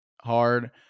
hard